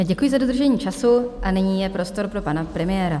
Děkuji za dodržení času a nyní je prostor pro pana premiéra.